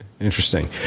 Interesting